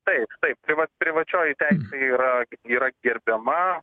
taip taip tai vat privačioj ten yra yra gerbiama